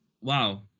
wow